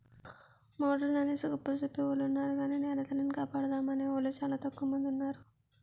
modern అనేసి గొప్పలు సెప్పెవొలున్నారు గాని నెలతల్లిని కాపాడుతామనేవూలు సానా తక్కువ మందున్నారు